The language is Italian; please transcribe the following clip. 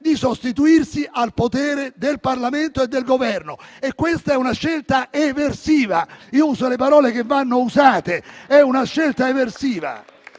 di sostituirsi al potere del Parlamento e del Governo, e questa è una scelta eversiva. Uso le parole che vanno usate: è una scelta eversiva.